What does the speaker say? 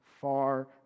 far